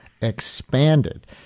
expanded